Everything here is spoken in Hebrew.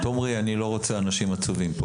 אני לא רוצה כאן אנשים עצובים.